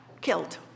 killed